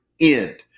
end